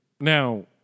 Now